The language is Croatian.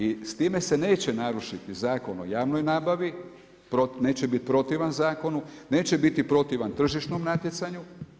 I s time se neće narušiti Zakon o javnoj nabavi, neće biti protivan zakonu, neće biti protivan tržišnom natjecanju.